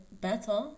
better